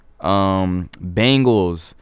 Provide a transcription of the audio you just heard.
Bengals